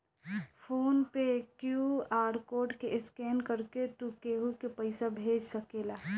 phone पे QR code के scan करके तू केहू के पईसा भेज सकेला